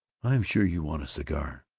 i'm sure you want a cigar,